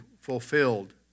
fulfilled